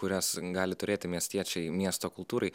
kurias gali turėti miestiečiai miesto kultūrai